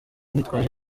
nitwaje